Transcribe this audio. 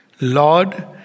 Lord